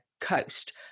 coast